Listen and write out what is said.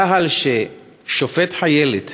צה"ל, ששופט חיילת